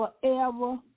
Forever